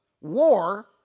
war